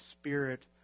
spirit